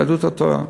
יהדות התורה,